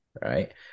right